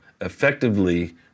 effectively